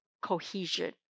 cohesion